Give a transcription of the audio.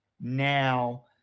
now